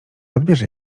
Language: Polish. odbierze